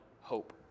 hope